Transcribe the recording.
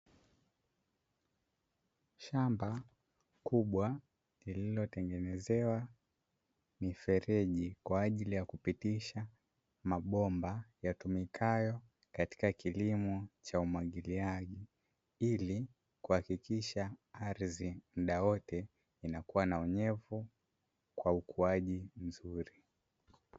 Shamba kubwa lililotengenezewa mifereji, kwa ajili ya kupitisha mabomba yatumikayo katika kilimo cha umwagiliaji, ili kuhakikisha ardhi muda wote inakuwa na unyevu au ukuaji mzuri.